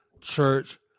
church